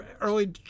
early